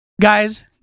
Guys